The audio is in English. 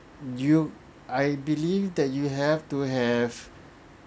you I believe that you have to have